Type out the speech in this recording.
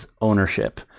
ownership